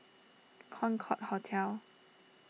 Concorde Hotel